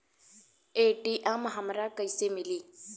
ATM हमरा के कइसे मिली?